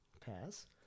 Pass